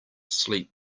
sleep